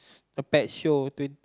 a pet show twen~